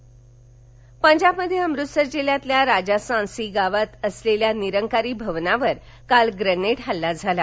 हल्ला पंजाबमध्ये अमृतसर जिल्ह्यातील राजासांसी गावात असलेल्या निरंकारी भवनावर काल ग्रेनेड हल्ला झाला